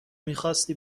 میخواستی